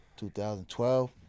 2012